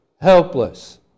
helpless